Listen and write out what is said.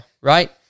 right